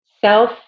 self